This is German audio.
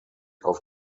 auf